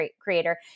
creator